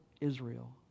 Israel